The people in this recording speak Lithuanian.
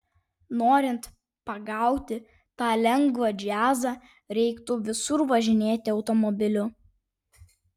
norint pagauti tą lengvą džiazą reiktų visur važinėti automobiliu